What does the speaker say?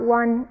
one